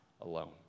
alone